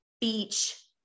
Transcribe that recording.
beach